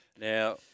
Now